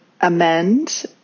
amend